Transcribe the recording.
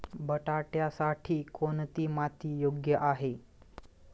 बटाट्यासाठी कोणती माती योग्य आहे?